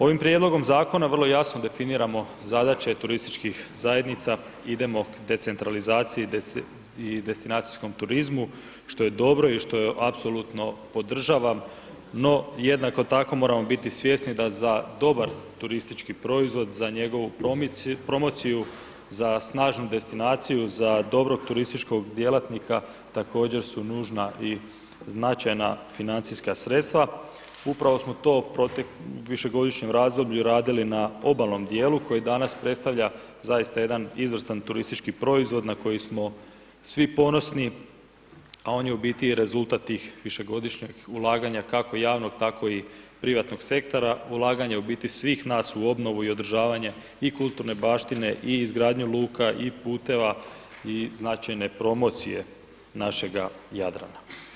Ovim prijedlogom zakona vrlo jasno definiramo zadaće turističkih zajednica, idemo k decentralizaciji i destinacijskom turizmu što je dobro i što apsolutno podržavam no jednako tako moramo biti svjesni da za dobar turistički proizvod, za njegovu promociju, za snažnu destinaciju, za dobrog turističkog djelatnika također su nužna i značajna financijska sredstva, upravo smo to u višegodišnjem razdoblju radili na obalnom djelu koji danas predstavlja zaista jedan izvrstan turistički proizvod na koji smo svi ponosni a on je u biti i rezultat tih višegodišnjih ulaganja kako javnog tako i privatnog sektora, ulaganja u biti svih nas u obnovu i održavanje i kulturne baštine i izgradnje luka i puteva i značajne promocije našega Jadrana.